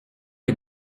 les